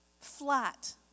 flat